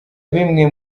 bimwe